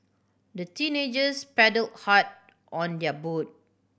the teenagers paddle hard on their boat